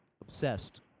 obsessed